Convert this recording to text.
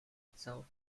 itself